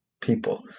people